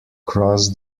cross